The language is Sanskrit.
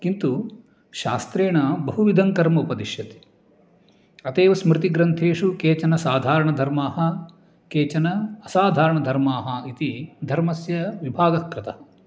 किन्तु शास्त्रेण बहुविधं कर्म उपदिश्यते अत एव स्मृतिग्रन्थेषु केचन साधारणधर्माः केचन असाधारणधर्माः इति धर्मस्य विभागःकृतः